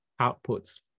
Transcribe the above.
outputs